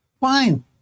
Fine